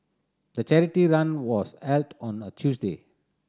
the charity run was held on a Tuesday